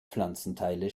pflanzenteile